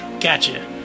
Gotcha